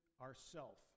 ourself